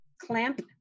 clamp